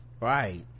right